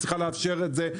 היא צריכה לעשות צ'קים,